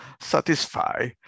satisfy